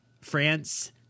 france